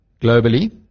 Globally